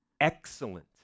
excellent